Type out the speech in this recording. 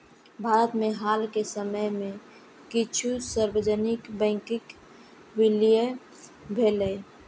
भारत मे हाल के समय मे किछु सार्वजनिक बैंकक विलय भेलैए